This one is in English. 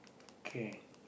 okay